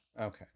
Okay